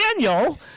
Daniel